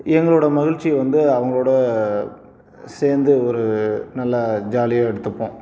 எங்களோடய மகிழ்ச்சியை வந்து அவங்களோட சேர்ந்து ஒரு நல்லா ஜாலியாக எடுத்துப்போம்